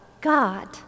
God